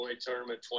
tournament